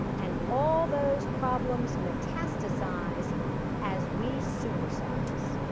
and all those problems metastasize as we supersize.